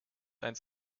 eins